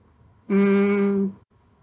mm